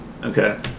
Okay